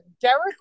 Derek